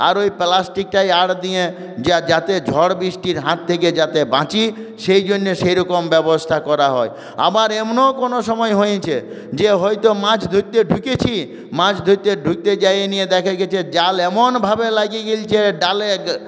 আর ওই প্লাস্টিকটা আড় দিয়ে যা যাতে ঝড় বৃষ্টির হাত থেকে যাতে বাঁচি সেই জন্যে সে রকম ব্যবস্থা করা হয় আবার এমনও কোন সময় হয়েছে যে হয়তো মাছ ধরতে ঢুকেছি মাছ ধরতে ঢুকতে যেয়ে নিয়ে দেখা গেছে জাল এমন ভাবে লেগে গেছে ডালে